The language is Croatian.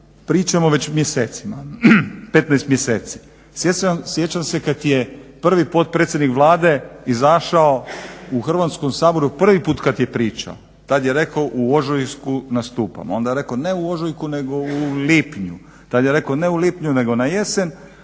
pričamo već mjesecima, 15 mjeseci. Sjećam se kad je prvi potpredsjednik Vlade izašao u Hrvatskom saboru prvi put kad je pričao tad je rekao u ožujku nastupamo, onda je rekao ne u ožujku nego u lipnju. Tad je rekao ne u lipnju nego na jesen,